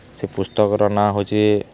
ସେ ପୁସ୍ତକର ନାଁ ହଉଚେ